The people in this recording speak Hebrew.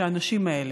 שהאנשים האלה,